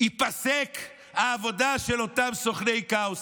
תיפסק העבודה של אותם סוכני כאוס.